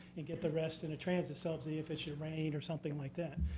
and get the rest in a transit subsidy if it should rain or something like that.